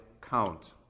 count